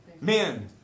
Men